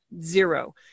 zero